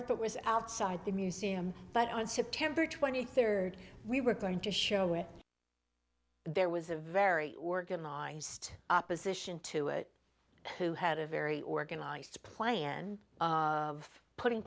if it was outside the museum but on september twenty third we were going to show it there was a very organized opposition to it who had a very organized plan of putting